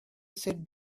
sit